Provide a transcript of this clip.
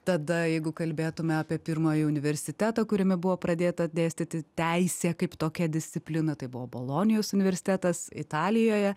tada jeigu kalbėtume apie pirmąjį universitetą kuriame buvo pradėta dėstyti teisė kaip tokia disciplina tai buvo bolonijos universitetas italijoje